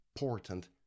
important